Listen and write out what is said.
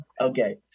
Okay